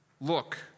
Look